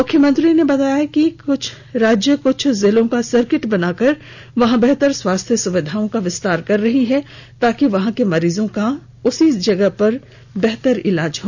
मुख्यमंत्री ने बताया कि कहा कि राज्य कृछ जिलों का सर्किट बनाकर वहां बेहतर स्वास्थ्य सुविधाओं का विस्तार कर रही है ताकि वहां के मरीजों का वहीं बेहतर इलाज हो